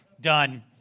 Done